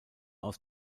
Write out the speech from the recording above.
aus